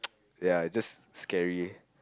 ya it's just scary